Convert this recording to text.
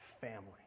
family